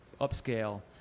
upscale